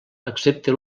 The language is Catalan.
excepte